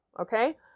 okay